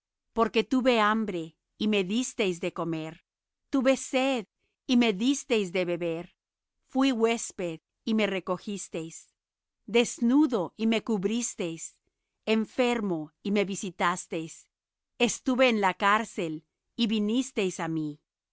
porque tuve hambre y me disteis de comer tuve sed y me disteis de beber fuí huésped y me recogisteis desnudo y me cubristeis enfermo y me visitasteis estuve en la cárcel y vinisteis á mí